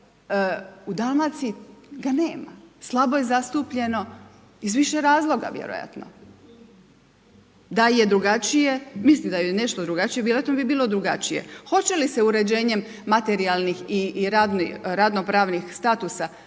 u Dalmaciji ga nema, slabo je zastupljeno iz više razloga vjerojatno. Da je drugačije, mislim da je nešto drugačije vjerojatno bi bilo drugačije. Hoće li se uređenjem materijalnih i radnopravnih statusa